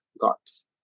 gods